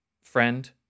friend